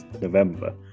November